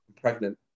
pregnant